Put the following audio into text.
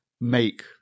make